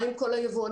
מה עם כל היבואנים?